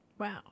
Wow